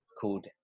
called